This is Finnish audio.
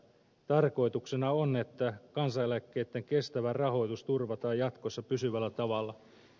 tarkoituksena on että kansaneläkkeiden kestävä rahoitus turvataan jatkossa pysyvällä tavalla